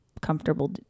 comfortable